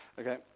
Okay